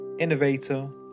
innovator